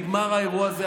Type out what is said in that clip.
נגמר האירוע הזה.